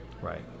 Right